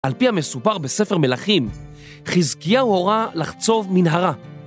על פי המסופר בספר מלכים, חזקיה הורה לחצוב מנהרה.